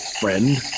friend